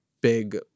big